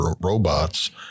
robots